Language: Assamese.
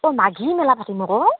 অঁ মাঘি মেলা